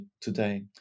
today